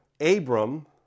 Abram